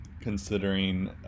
considering